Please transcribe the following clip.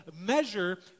measure